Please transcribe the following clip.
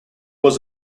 was